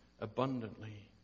abundantly